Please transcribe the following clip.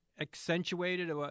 accentuated